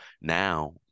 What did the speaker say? now